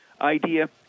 idea